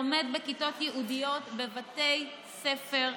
לומדים בכיתות ייעודיות בבתי ספר רגילים: